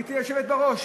גברתי היושבת בראש,